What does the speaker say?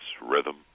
rhythm